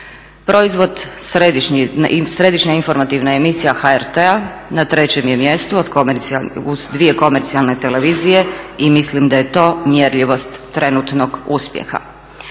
Proizvod središnja informativna emisija HRT-a na trećem je mjestu uz vije komercijalne televizije i mislim da je to mjerljivost trenutnog uspjeha.